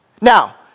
Now